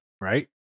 right